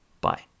Bye